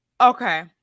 okay